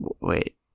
Wait